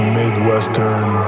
midwestern